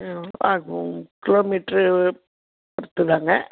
ம் kilometre பொருத்துதாங்க